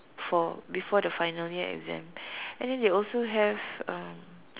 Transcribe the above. for before the final year exam and then they also have uh